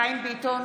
חיים ביטון,